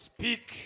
Speak